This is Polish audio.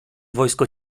wojsko